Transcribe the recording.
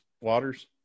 Waters